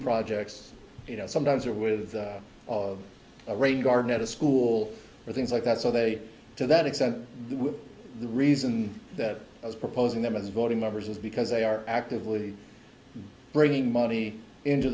projects you know sometimes or with a range garden at a school or things like that so they to that extent the reason that i was proposing them as voting members is because they are actively bringing money into